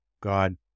God